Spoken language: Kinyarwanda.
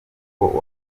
kuko